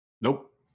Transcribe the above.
Nope